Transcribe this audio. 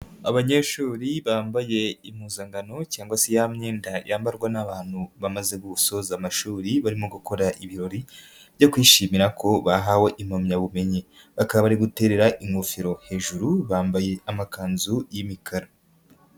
Abanyeshuri bambaye impuzankano cyangwa se ya myenda yambarwa n'abantu bamaze gusoza amashuri, barimo gukora ibirori byo kwishimira ko bahawe impamyabumenyi bakaba bari guterera ingofero hejuru, bambaye amakanzu y'imikara.